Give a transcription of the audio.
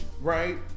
right